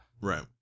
Right